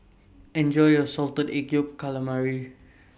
Enjoy your Salted Egg Yolk Calamari